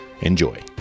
Enjoy